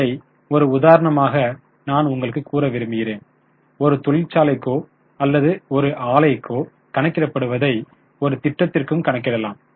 இதை ஒரு உதாரணமாக நான் உங்களுக்கு கூற விரும்புகிறேன் ஒரு தொழிற்சாலைக்கோ அல்லது ஒரு ஆலைக்கோ கணக்கிடப்படுவதை ஒரு திட்டத்திற்கும் கணக்கிடலாம்